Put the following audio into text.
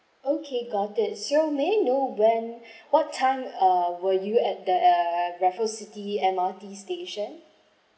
okay got it so may I know when what time uh were you at the raffles city M_R_T station